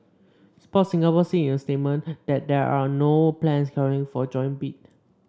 Sport Singapore said in a statement that there are no plans currently for a joint bid